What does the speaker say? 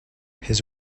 his